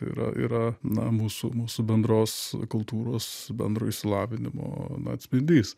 yra yra na mūsų mūsų bendros kultūros bendro išsilavinimo na atspindys